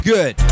Good